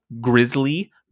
Grizzly